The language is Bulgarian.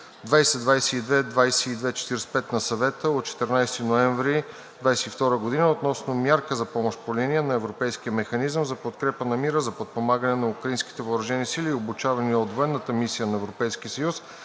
2022/2245 на Съвета от 14 ноември 2022 г. относно мярка за помощ по линия на Европейския механизъм за подкрепа на мира за подпомагане на украинските въоръжени сили, обучавани от Военната мисия на Европейския съюз